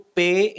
pay